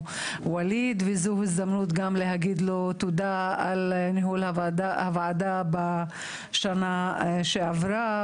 וזו הזדמנות גם להגיד לו תודה על ניהול הוועדה בשנה שעברה.